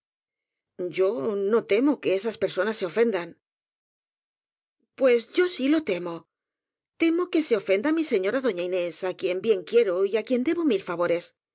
yo no temo que esas personas se ofendan pues yo sí lo temo temo que se ofenda mi señora doña inés á quien bien quiero y á quien debo mil favores